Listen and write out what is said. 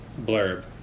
Blurb